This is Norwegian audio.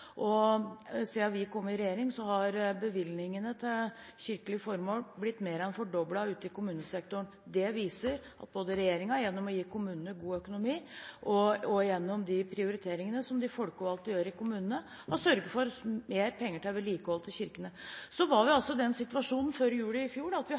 vi kom i regjering, har bevilgningene til kirkelige formål blitt mer enn fordoblet ute i kommunesektoren. Det viser at regjeringen både gjennom å gi kommunene god økonomi og gjennom de prioriteringene som de folkevalgte gjør i kommunene, har sørget for mer penger til vedlikehold av kirkene. Vi var i den situasjon før jul i fjor at vi